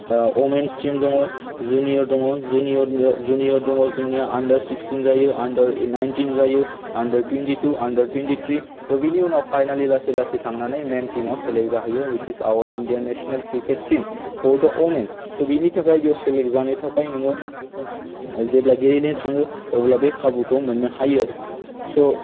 women's team दङ junior दङ junior दङ जोंनिया आण्डार सिक्सटिन जायो आण्डार नाइन्टिन जायो under twenty two under twenty three त' बेनि उनाव फाइेलि लासै लासै थांनानै मैन टीमआव सेलेक्ट जाहैयो which is our Indian national cricket team for the women त' बिनि थाखाय बेयाव सेलेक्ट जानो थाखाय नोङो जेब्ला गेलेनो थाङो अब्ला बे खाबुखौ मोननो हायो स'